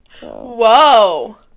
Whoa